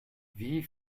wie